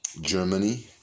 Germany